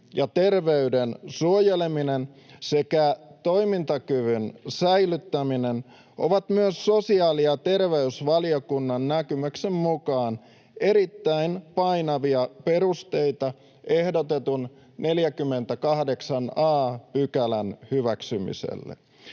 ja terveyden suojeleminen sekä toimintakyvyn säilyttäminen ovat myös sosiaali- ja terveysvaliokunnan näkemyksen mukaan erittäin painavia perusteita ehdotetun 48 a §:n hyväksymiselle.